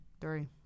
three